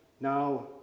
now